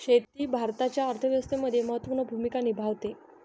शेती भारताच्या अर्थव्यवस्थेमध्ये महत्त्वपूर्ण भूमिका निभावते